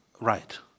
right